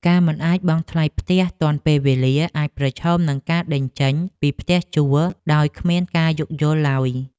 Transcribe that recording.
ការមិនអាចបង់ថ្លៃផ្ទះទាន់ពេលវេលាអាចប្រឈមនឹងការដេញចេញពីផ្ទះជួលដោយគ្មានការយោគយល់ឡើយ។